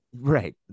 right